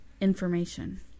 information